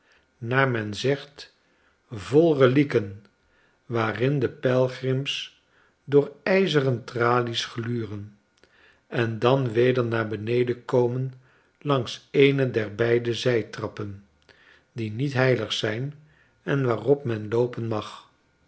naar men zegt vol relieken waarin de pelgrims door ijzeren tralies gluren en dan weder naar beneden komen langs eene der beide zijtrappen die niet heilig zijn en waarop men loopen mag